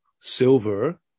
silver